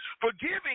forgiving